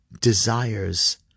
desires